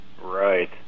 Right